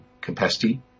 capacity